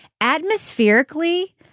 Atmospherically